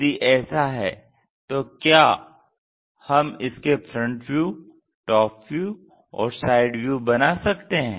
यदि ऐसा है तो क्या हम इसके फ्रंट व्यू टॉप व्यू और साइड व्यू बना सकते हैं